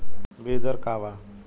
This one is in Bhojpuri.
बीज दर का वा?